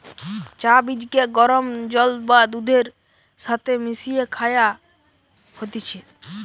চা বীজকে গরম জল বা দুধের সাথে মিশিয়ে খায়া হতিছে